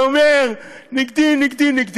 אתה אומר: נגדי, נגדי, נגדי.